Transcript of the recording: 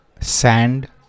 sand